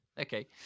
Okay